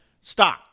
stop